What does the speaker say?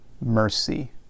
mercy